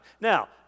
Now